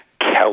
Kelly